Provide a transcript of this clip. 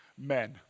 men